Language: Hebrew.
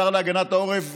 השר להגנת העורף,